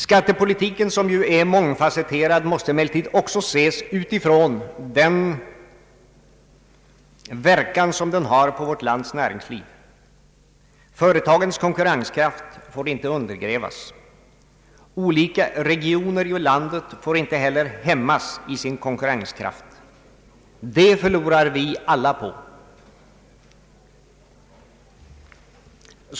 Skattepolitiken, som ju är mångfasetterad, måste emellertid också ses med hänsyn till den verkan den har för vårt lands näringsliv. Företagens konkurrenskraft får inte undergrävas. Olika regioner i landet får inte heller hämmas i sin konkurrenskraft — det skulle vi alla förlora på.